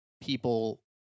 people